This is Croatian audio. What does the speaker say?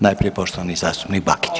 Najprije poštovani zastupnik Bakić.